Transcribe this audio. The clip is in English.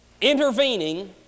intervening